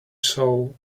soul